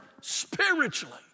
spiritually